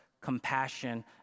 compassion